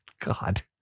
God